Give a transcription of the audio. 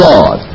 God